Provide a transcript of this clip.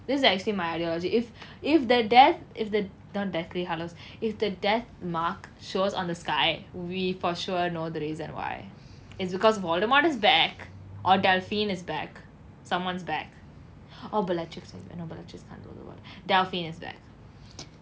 this is actually my ideology if if the death if the not deathly hallows if the death mark shows on the sky we for sure know the reason why it's because voldemort is back or delphine is back someone's back or bellatrix but you know like bellatrix can't rule the world delphine is back